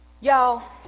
Y'all